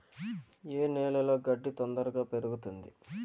ఏ నేలలో గడ్డి తొందరగా పెరుగుతుంది